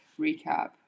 recap